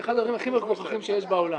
זה אחד הדברים הכי מגוחכים שיש בעולם.